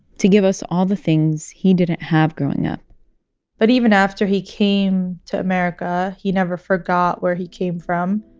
to give us all the things he didn't have growing up but even after he came to america, he never forgot where he came from.